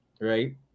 right